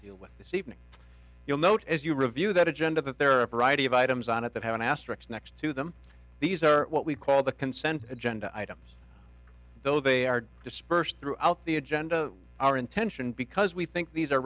deal with this evening you'll note as you review that agenda that there are a variety of items on it that have an asterisk next to them these are what we call the consent agenda items though they are dispersed throughout the agenda our intention because we think these are